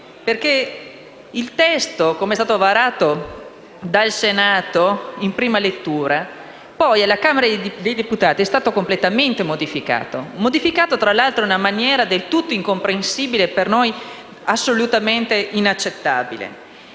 perché il testo varato dal Senato in prima lettura poi alla Camera dei deputati è stato completamente modificato in una maniera del tutto incomprensibile e per noi assolutamente inaccettabile.